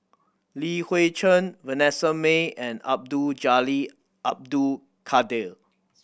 Li Hui Cheng Vanessa Mae and Abdul Jalil Abdul Kadir